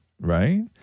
right